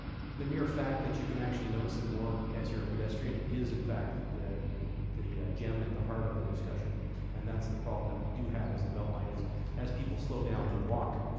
the mere fact that you can actually notice them more as you're a pedestrian is in fact the the gem at the heart of the discussion and that's the problem that we do have as the beltline is as people slow down and walk,